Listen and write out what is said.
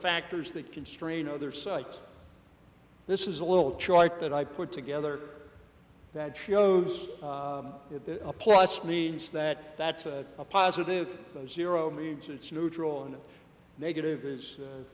factors that constrain other sites this is a little choice that i put together that shows that a plus means that that's a positive zero mean to it's neutral and negative is u